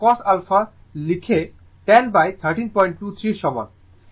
সুতরাং cos α লেখা 101323 এর সমান